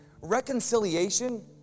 reconciliation